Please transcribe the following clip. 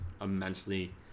immensely